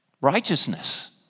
righteousness